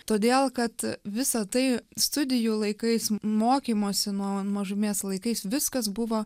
todėl kad visa tai studijų laikais mokymosi nuo mažumės laikais viskas buvo